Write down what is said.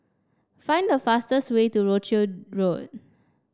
find the fastest way to Rochdale Road